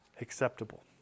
acceptable